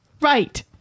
Right